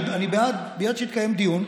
אני בעד שיתקיים דיון,